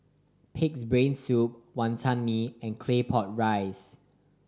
Pig's Brain Soup Wantan Mee and Claypot Rice